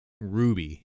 Ruby